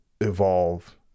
evolve